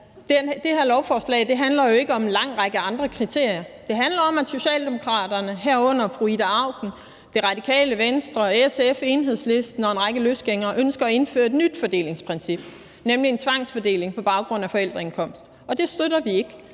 Det her lovforslag handler jo ikke om en lang række andre kriterier. Det handler om, at Socialdemokraterne, herunder fru Ida Auken, Radikale Venstre, SF, Enhedslisten og en række løsgængere ønsker at indføre et nyt fordelingsprincip, nemlig en tvangsfordeling på baggrund af forældreindkomst – og det støtter vi ikke.